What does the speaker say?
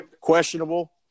Questionable